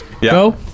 Go